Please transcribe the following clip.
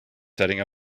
setting